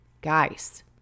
guys